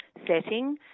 setting